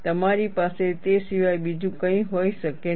તમારી પાસે તે સિવાય બીજું કંઈ હોઈ શકે નહીં